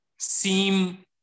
seem